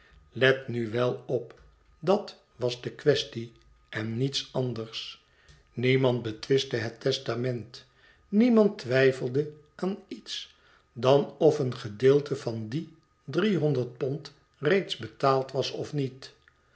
let nu wel op dat was de kwestie en niets anders niemand betwistte het testament niemand twijfelde aan iets dan of een gedeelte van die drie honderd pond reeds betaald was of niet